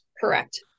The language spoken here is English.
Correct